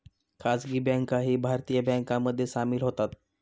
खासगी बँकाही भारतीय बँकांमध्ये सामील होतात